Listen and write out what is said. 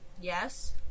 Yes